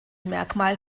merkmal